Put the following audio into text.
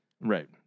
Right